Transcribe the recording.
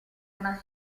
una